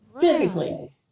physically